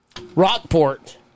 Rockport